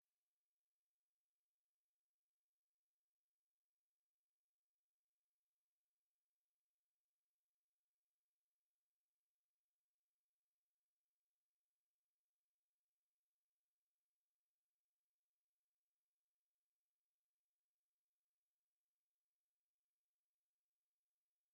Umwana muto ugitangira mu mashuri y'incuke, aba agomba gutangira yigishwa imibare yoroshye, aba ashobora gufata mu buryo bumworoheye. Incuro nyinshi, usanga umwarimu uhigisha atangirira kuri rimwe, kabiri, gatatu, gukomeza kugeza mu icumi. Iyi rero ni imibare mfatizo umwana atangiriraho.